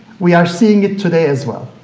we are seeing it today as well.